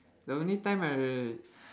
the only time I r~